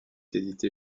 éditée